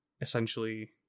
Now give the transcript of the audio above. essentially